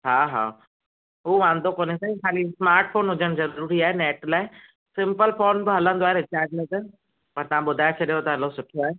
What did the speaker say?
हा हा हू वांदो कोन्हे साईं ख़ाली स्मार्ट फ़ोन हुजण जरूरी आहे नैट लाइ सिम्पल फ़ोन बि हलंदो आहे रिचार्ज में त पर तव्हां ॿुधाए छॾियव त हलो सुठो आहे